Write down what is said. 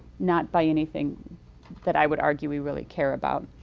not by anything that i would argue we really care about.